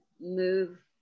move